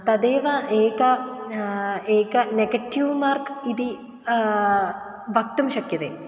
तदेव एका एकं नेगटिव् मार्क् इति वक्तुं शक्यते